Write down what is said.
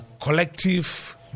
collective